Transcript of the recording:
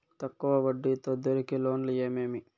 తక్కువ వడ్డీ తో దొరికే లోన్లు ఏమేమి